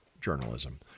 journalism